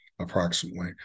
approximately